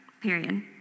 period